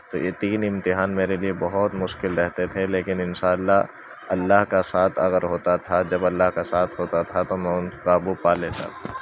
تو یہ تین امتحان میرے لیے بہت مشکل رہتے تھے لیکن ان شأ اللہ اللہ کا ساتھ اگر ہوتا تھا جب اللہ کا ساتھ ہوتا تھا تو میں ان قابو پا لیتا تھا